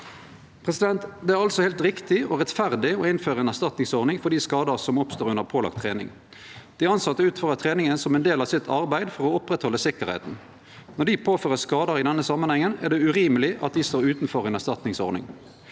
Det er altså heilt riktig og rettferdig å innføre ei erstatningsordning for dei skadane som oppstår under pålagd trening. Dei tilsette utfører treninga som ein del av arbeidet sitt for å oppretthalde tryggleiken. Når dei vert påførte skadar i denne samanhengen, er det urimeleg at dei står utanfor ei erstatningsordning.